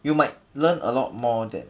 you might learn a lot more than